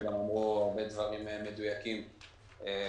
וגם אמרו הרבה דברים מדויקים בוועדה.